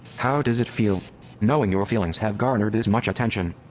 how does it feel knowing your feelings have garnered this much attention?